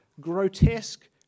grotesque